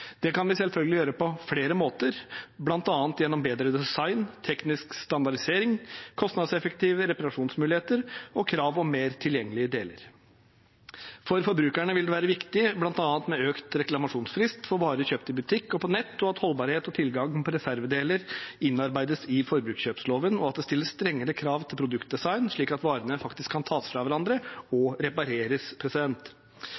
Det kan vi selvfølgelig gjøre på flere måter, bl.a. gjennom bedre design, teknisk standardisering, kostnadseffektive reparasjonsmuligheter og krav om mer tilgjengelige deler. For forbrukerne vil det være viktig bl.a. med økt reklamasjonsfrist for varer kjøpt i butikk og på nett, at holdbarhet og tilgang på reservedeler innarbeides i forbrukerkjøpsloven, og at det stilles strengere krav til produktdesign, slik at varene faktisk kan tas fra hverandre